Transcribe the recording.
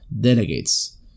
delegates